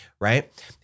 right